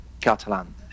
Catalan